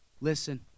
Listen